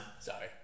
Sorry